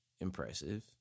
Impressive